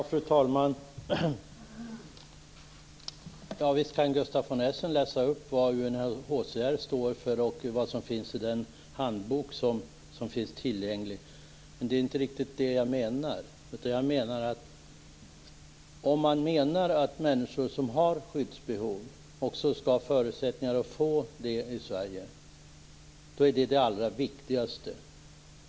Fru talman! Visst kan Gustaf von Essen läsa upp vad UNHCR står för och vad som står i den handbok som finns tillgänglig. Men det är inte riktigt det som jag menar. Om man menar att människor som har skyddsbehov också skall ha förutsättningar att få skydd i Sverige är detta det allra viktigaste.